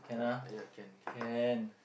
can ah can